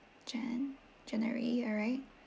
jan january alright